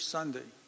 Sunday